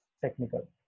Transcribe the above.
technical